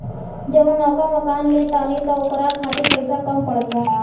जवन नवका मकान ले तानी न ओकरा खातिर पइसा कम पड़त बा